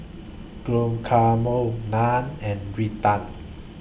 Guacamole Naan and Raita